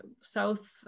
South